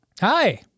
Hi